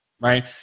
Right